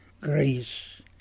grace